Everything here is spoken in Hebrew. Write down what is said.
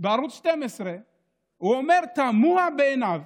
בערוץ 12 אומר שתמוה בעיניו